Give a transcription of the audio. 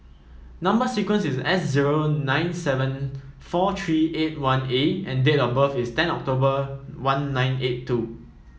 number sequence is S zero nine seven four three eight one A and date of birth is ten October one nine eight two